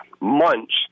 months